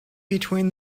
between